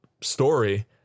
story